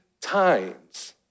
times